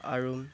আৰু